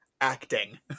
acting